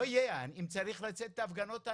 אם אני צריך לצאת להפגנות,